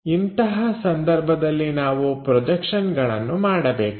ಇಂತಹ ಸಂದರ್ಭದಲ್ಲಿ ನಾವು ಪ್ರೊಜೆಕ್ಷನ್ಗಳನ್ನು ಮಾಡಬೇಕು